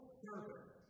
service